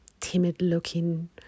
timid-looking